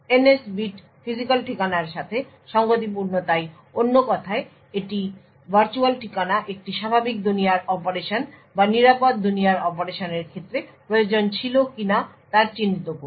NS bit physical ঠিকানার সাথে সঙ্গতিপূর্ণ তাই অন্য কথায় এটি ভার্চুয়াল ঠিকানা একটি স্বাভাবিক দুনিয়ার অপারেশন বা নিরাপদ দুনিয়ার অপারেশনের ক্ষেত্রে প্রয়োজন ছিল কিনা তা চিহ্নিত করবে